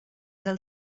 del